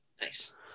Nice